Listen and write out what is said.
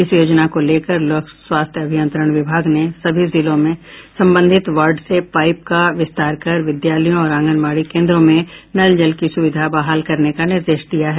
इस योजना को लेकर लोक स्वास्थ्य अभियंत्रण विभाग ने सभी जिलों में संबंधित वार्ड से पाईप का विस्तार कर विद्यालयों और आंगनबाड़ी केन्द्रों में नल जल की सुविधा बहाल करने का निर्देश दिया है